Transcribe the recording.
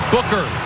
Booker